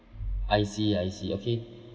I see I see okay okay